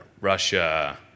Russia